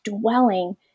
dwelling